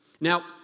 Now